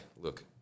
Look